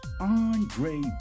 Andre